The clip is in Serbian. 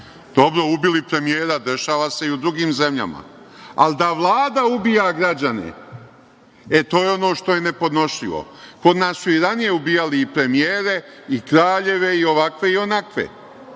godine. Dobro, ubili premijera, dešava se i u drugim zemljama. Ali da Vlada ubija građane, e, to je ono što je nepodnošljivo. Kod nas su i ranije ubijali i premijere i kraljeve i ovakve i onakve,